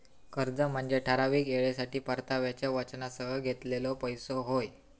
कर्ज म्हनजे ठराविक येळेसाठी परताव्याच्या वचनासह घेतलेलो पैसो होय